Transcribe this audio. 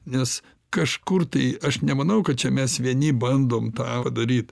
nes kažkur tai aš nemanau kad čia mes vieni bandom tą daryt